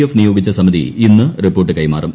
F നിയോഗിച്ച സമിതി ഇന്ന് റിപ്പോർട്ട് കൈമാറും